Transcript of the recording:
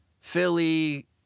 Philly